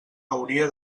hauria